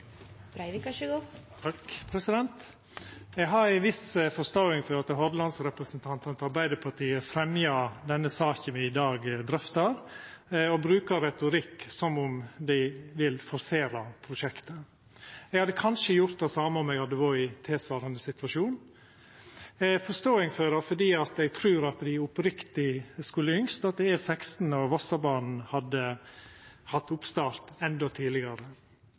Eg har ei viss forståing for at Hordalandsrepresentantane til Arbeidarpartiet fremjar den saka me i dag drøftar, og bruker retorikk som om dei vil forsera prosjektet. Eg hadde kanskje gjort det same om eg hadde vore i tilsvarande situasjon. Eg har forståing for det fordi eg trur at dei oppriktig skulle ønskt at E16 og Vossabanen hadde hatt oppstart endå tidlegare,